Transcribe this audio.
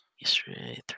Yesterday